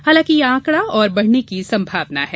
हालांकि ये आंकड़ा और बढ़ने की संभावना है